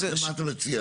אז מה אתה מציע?